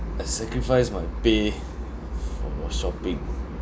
I sacrifice my pay for shopping